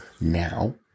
Now